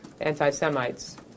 anti-Semites